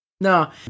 no